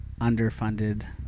underfunded